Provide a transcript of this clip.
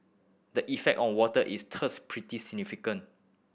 the effect on water is thus pretty significant